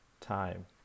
time